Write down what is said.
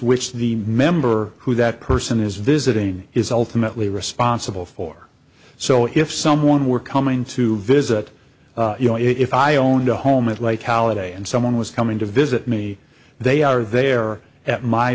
which the member who that person is visiting is ultimately responsible for so if someone were coming to visit you know if i owned a home and like how a day and someone was coming to visit me they are there at my